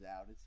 out